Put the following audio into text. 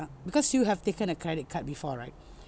because you have taken a credit card before right